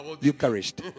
Eucharist